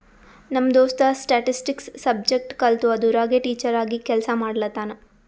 ನಮ್ ದೋಸ್ತ statistics subject ಕಲ್ತು ಅದುರಾಗೆ ಟೀಚರ್ ಆಗಿ ಕೆಲ್ಸಾ ಮಾಡ್ಲತಾನ್